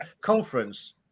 Conference